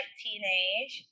teenage